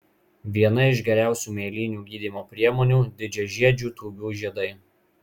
viena iš geriausių mėlynių gydymo priemonių didžiažiedžių tūbių žiedai